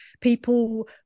people